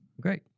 Great